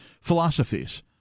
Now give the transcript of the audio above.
philosophies